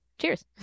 Cheers